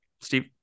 Steve